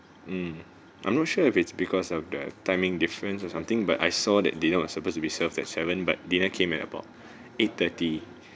hmm I'm not sure if it's because of the timing difference or something but I saw that dinner was supposed to be served at seven but dinner came at about eight thirty